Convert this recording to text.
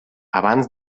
abans